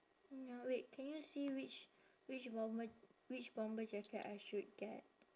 ya wait can you see which which bomber which bomber jacket I should get